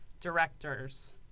directors